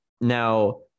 Now